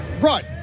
right